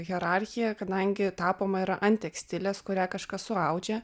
hierarchija kadangi tapoma yra ant tekstilės kurią kažkas suaudžia